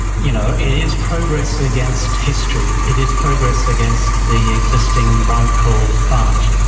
you know, it is progress against history, it is progress against the existing brown coal plant.